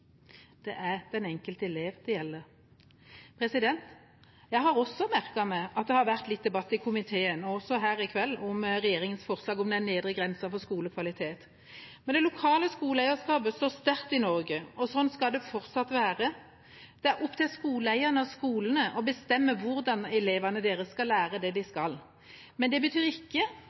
det er den enkelte elev det gjelder. Jeg har også merket meg at det har vært litt debatt i komiteen, og også her i kveld, om regjeringas forslag om den nedre grense for skolekvalitet. Men det lokale skoleeierskapet står sterkt i Norge, og sånn skal det fortsatt være. Det er opp til skoleeierne og skolene å bestemme hvordan elevene deres skal lære det de skal. Men det betyr ikke